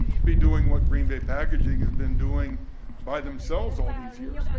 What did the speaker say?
to be doing what green bay packaging has been doing by themselves all these years.